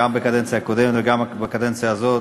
גם בקדנציה הקודמת וגם בקדנציה הזאת,